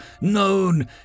known